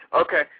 okay